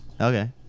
Okay